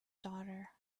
daughter